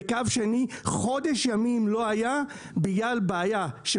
וקו שני חודש ימים לא היה בגלל בעיה של